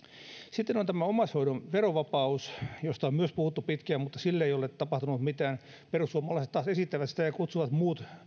sitten on tämä omaishoidon verovapaus josta on myös puhuttu pitkään mutta sille ei ole tapahtunut mitään perussuomalaiset taas esittävät sitä ja kutsuvat muut